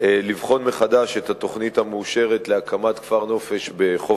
לבחון מחדש את התוכנית המאושרת להקמת כפר-נופש בחוף